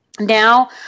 Now